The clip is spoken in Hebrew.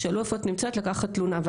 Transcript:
שאלו איפה את נמצאת כדי לקחת תלונה,